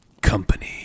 company